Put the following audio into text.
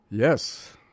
Yes